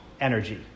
energy